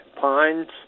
pines